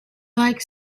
like